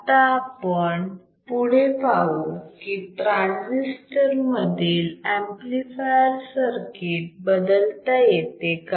आता आपण पुढे पाहू की ट्रांजिस्टर मधील एंपलीफायर सर्किट बदलता येते का